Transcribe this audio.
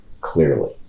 clearly